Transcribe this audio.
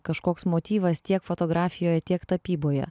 kažkoks motyvas tiek fotografijoje tiek tapyboje